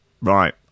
Right